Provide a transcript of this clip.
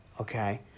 Okay